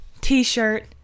t-shirt